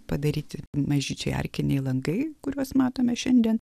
padaryti mažyčiai arkiniai langai kuriuos matome šiandien